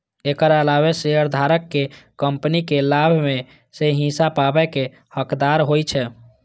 एकर अलावे शेयरधारक कंपनीक लाभ मे सं हिस्सा पाबै के हकदार होइ छै